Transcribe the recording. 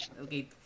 Okay